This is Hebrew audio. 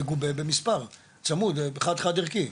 מגובה במספר, צמוד, חד-חד ערכי.